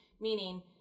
meaning